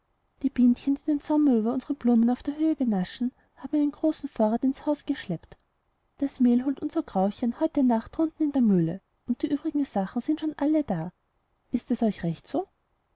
die bienchen die den sommer über unsere blumen auf der höhe benaschen haben einen großen vorrat ins haus geschleppt das mehl holt unser grauchen heute nacht drunten in der mühle und die übrigen sachen sind schon alle da ist es euch recht so